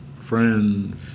friends